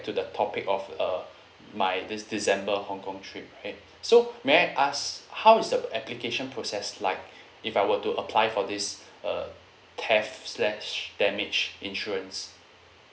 to the topic of uh my this december hong kong trip right so may I ask how is the application process like if I were to apply for this uh theft slash damage insurance